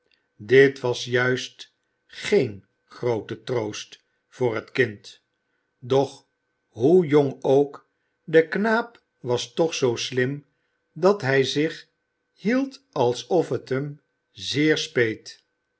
dit was juist geen groote troost voor het kind doch hoe jong ook de knaap was toch zoo slim dat hij zich hield alsof t hem zeer speet